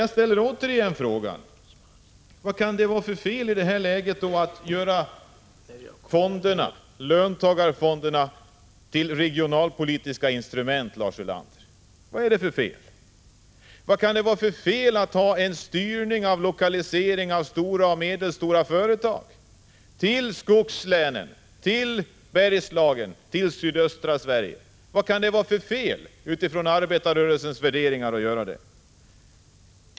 Jag ställer återigen frågan: Vad kan det vara för fel i det här läget att göra 35 löntagarfonderna till regionalpolitiska instrument, Lars Ulander? Vad kan det vara för fel att styra lokaliseringen av stora och medelstora företag till skogslänen, till Bergslagen och till sydöstra Sverige? Vad kan det vara för fel utifrån arbetarrörelsens värderingar att göra det?